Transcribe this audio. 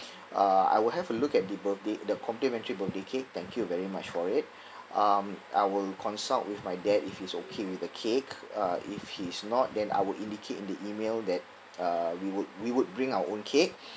err I will have a look at the birthday the complimentary birthday cake thank you very much for it um I will consult with my dad if he's okay with the cake uh if he's not then I would indicate in the email that uh we would we would bring our own cake